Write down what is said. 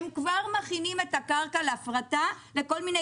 הם כבר מכינים את הקרקע להפרטה לכל מיני